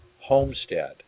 homestead